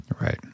Right